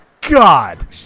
God